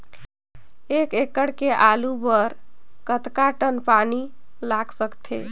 एक एकड़ के आलू बर कतका टन पानी लाग सकथे?